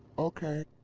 ok,